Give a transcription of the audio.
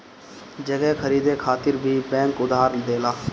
जगह खरीदे खातिर भी बैंक उधार देला